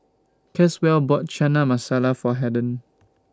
Caswell bought Chana Masala For Harden